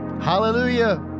Hallelujah